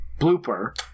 blooper